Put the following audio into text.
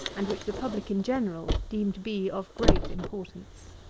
and which the public in general deem to be of great importance.